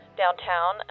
downtown